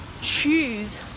choose